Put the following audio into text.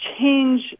change